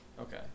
Okay